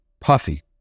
Puffy